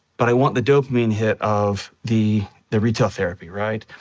but i want the dopamine hit of the the retail therapy, right?